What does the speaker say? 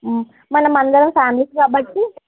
మనమందరం ఫ్యామిలీస్ కాబట్టి